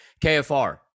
kfr